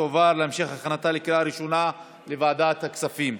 ותועבר להמשך הכנתה לקריאה ראשונה בוועדת הכספים.